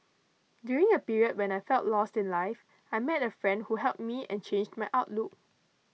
during a period when I felt lost in life I met a friend who helped me and changed my outlook